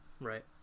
Right